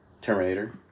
Terminator